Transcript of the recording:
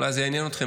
אולי זה יעניין אתכם.